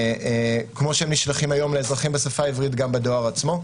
כמו שהם נשלחים היום לאזרחים בשפה העברית גם בדואר עצמו.